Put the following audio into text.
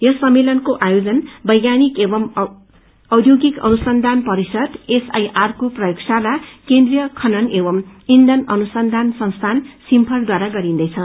यस सम्मेलनको आयोज वैज्ञानिक एवं औयोगिक अनुसन्यान परिषद एसआईआर को प्रयोगशाला केन्द्रीय खनन एवं ईन्यन अनुसन्यान संस्थान सिम्फर बारा गरिन्दैछ